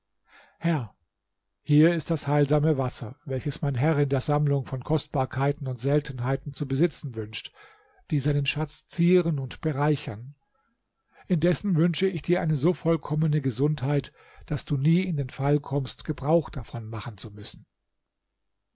herr hier ist das heilsame wasser welches mein herr in der sammlung von kostbarkeiten und seltenheiten zu besitzen wünscht die seinen schatz zieren und bereichern indessen wünsche ich dir eine so vollkommene gesundheit daß du nie in den fall kommst gebrauch davon machen zu müssen